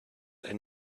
and